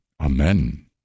amen